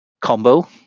combo